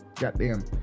goddamn